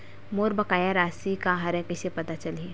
मोर बकाया राशि का हरय कइसे पता चलहि?